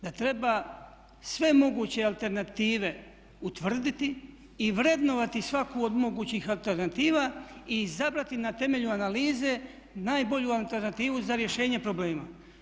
Da treba sve moguće alternative utvrditi i vrednovati svaku od mogućih alternativa i izabrati na temelju analize najbolju alternativu za rješenje problema.